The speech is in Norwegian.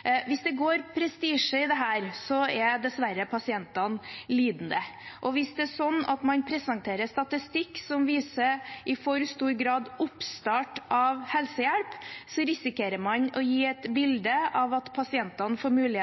Hvis det går prestisje i dette, er det dessverre pasientene som får lide. Og hvis det er sånn at man presenterer statistikk som i for stor grad viser oppstart av helsehjelp, risikerer man å gi et bilde av at pasientene får